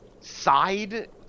side